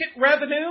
revenue